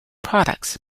products